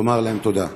לומר להם תודה.